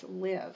live